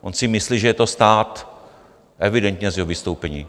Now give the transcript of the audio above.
On si myslí, že je to stát, evidentně z jeho vystoupení.